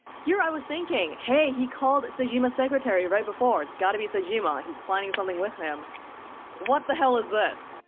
here i was thinking, hey, he called sejima's secretary right, before, it's gotta be sejima he's planning something with him what the hell is this?